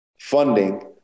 funding